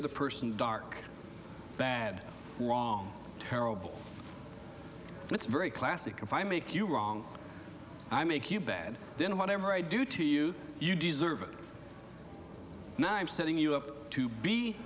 other person dark bad wrong terrible and it's very classic if i make you wrong i make you bad then whatever i do to you you deserve it now i'm setting you up to be